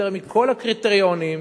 יותר מכל הקריטריונים,